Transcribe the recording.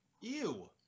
Ew